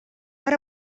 per